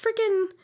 freaking